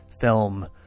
film